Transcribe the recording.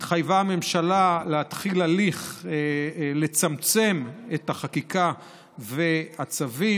התחייבה הממשלה להתחיל הליך לצמצם את החקיקה והצווים.